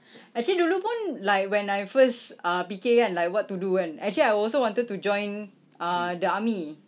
actually dulu pun like when I first err fikir kan like what to do kan actually I also wanted to join uh the army